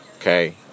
okay